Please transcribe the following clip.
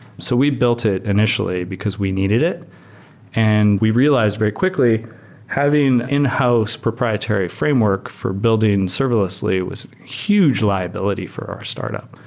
so we built it initially, because we needed it and we realized very quickly having in-house proprietary framework for building serverlessly was a huge liability for our startup.